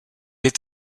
est